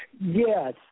Yes